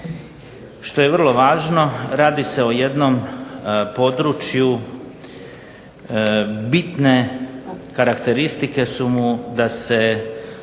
što je vrlo važno. Radi se o jednom području. Bitne karakteristike su mu da se